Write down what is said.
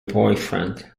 boyfriend